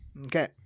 Okay